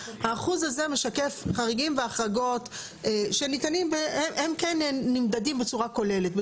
האחוז הזה משקף חריגים והחרגות שניתנים והם כן נמדדים בצורה כוללת,